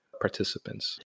participants